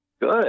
Good